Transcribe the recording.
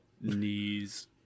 knees